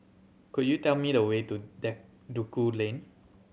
could you tell me the way to Duku Lane